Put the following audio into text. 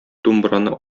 думбраны